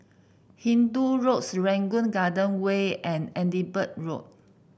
Hindoo Road Serangoon Garden Way and Edinburgh Road